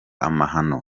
amahano